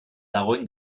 dagoen